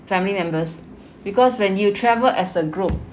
family members because when you travel as a group